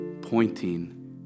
pointing